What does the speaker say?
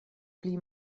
pli